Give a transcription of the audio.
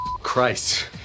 Christ